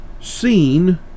seen